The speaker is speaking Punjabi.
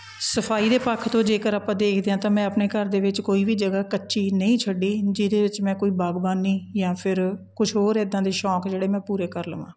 ਸਫ਼ਾਈ ਦੇ ਪੱਖ ਤੋਂ ਜੇਕਰ ਆਪਾਂ ਦੇਖਦੇ ਹਾਂ ਤਾਂ ਮੈਂ ਆਪਣੇ ਘਰ ਦੇ ਵਿੱਚ ਕੋਈ ਵੀ ਜਗ੍ਹਾ ਕੱਚੀ ਨਹੀਂ ਛੱਡੀ ਜਿਹਦੇ ਵਿੱਚ ਮੈਂ ਕੋਈ ਬਾਗਬਾਨੀ ਜਾਂ ਫਿਰ ਕੁਛ ਹੋਰ ਇੱਦਾਂ ਦੇ ਸ਼ੌਂਕ ਜਿਹੜੇ ਮੈਂ ਪੂਰੇ ਕਰ ਲਵਾਂ